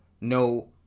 no